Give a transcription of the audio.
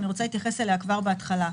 ואני רוצה להתייחס אליה כבר בהתחלה,